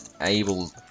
able